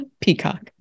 Peacock